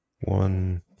One